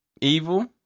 evil